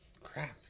crap